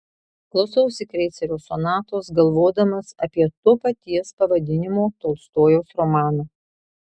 klausausi kreicerio sonatos galvodamas apie to paties pavadinimo tolstojaus romaną